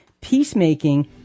peacemaking